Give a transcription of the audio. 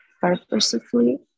purposefully